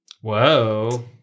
Whoa